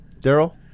Daryl